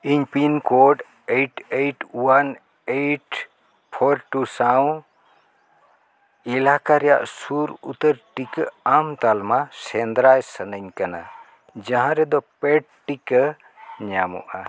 ᱤᱧ pin code eight eight one eight four two ᱥᱟᱶ ᱮᱞᱟᱠᱟ ᱨᱮᱭᱟᱜ ᱥᱩᱨ ᱩᱛᱟᱹᱨ ᱴᱤᱠᱟᱹ ᱮᱢ ᱛᱟᱞᱢᱟ ᱥᱮᱸᱫᱽᱨᱟᱭ ᱥᱟᱱᱟᱧ ᱠᱟᱱᱟ ᱡᱟᱦᱟᱸ ᱨᱮᱫᱚ ᱯᱮᱰ ᱴᱤᱠᱟᱹ ᱧᱟᱢᱚᱜᱼᱟ